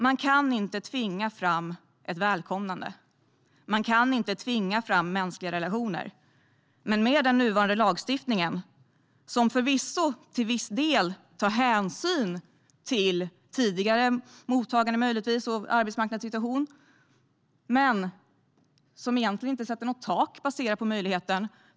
Man kan inte tvinga fram ett välkomnande, och man kan inte tvinga fram mänskliga relationer. Den nuvarande lagstiftningen tar förvisso till viss del hänsyn till tidigare mottagande och arbetsmarknadssituation men sätter egentligen inte något tak baserat på möjligheten.